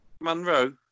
Monroe